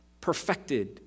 perfected